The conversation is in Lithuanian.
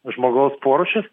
žmogaus porūšis